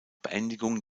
beendigung